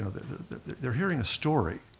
ah they're they're hearing a story,